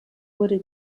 wurde